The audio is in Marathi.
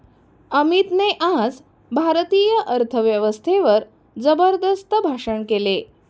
अमितने आज भारतीय अर्थव्यवस्थेवर जबरदस्त भाषण केले